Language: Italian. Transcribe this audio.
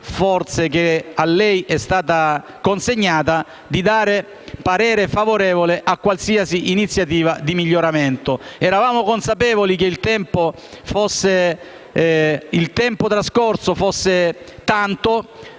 forse gli è stata consegnata) di esprimere parere favorevole a qualsiasi iniziativa di miglioramento. Eravamo consapevoli che il tempo trascorso fosse tanto,